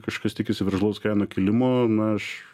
kažkas tikisi veržlaus kainų kilimo na aš